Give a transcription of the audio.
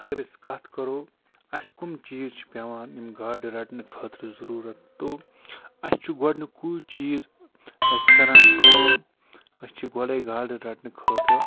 اگر أسۍ کتھ کرو اَسہِ کَم چیٖز چھِ پٮ۪وان یِم گاڈٕ رَٹنہٕ خٲطرٕ ضٔروٗرت تو اَسہِ چھُ گۄڈنِکُے چیٖز أسۍ کران کٲم أسۍ چھِ گۄڈَے گاڈٕ رَٹنہٕ خٲطرٕ